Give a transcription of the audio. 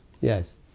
Yes